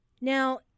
Now